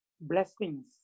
blessings